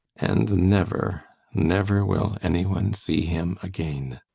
and never never will anyone see him again.